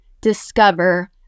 discover